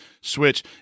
switch